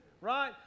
right